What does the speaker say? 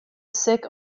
sick